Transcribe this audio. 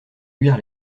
luire